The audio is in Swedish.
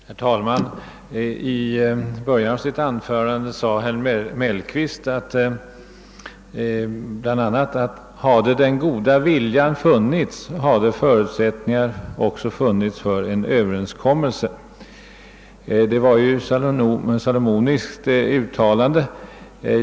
Herr talman! I början av sitt anföran de sade herr Mellqvist bl.a. att hade den goda viljan funnits, hade förutsättningar också funnits för en överenskommelse. Det var ju ett salomoniskt uttalande.